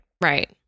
Right